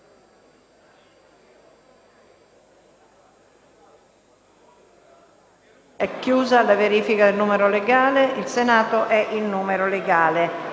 (Segue la verifica del numero legale). Il Senato è in numero legale.